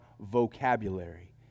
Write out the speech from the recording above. vocabulary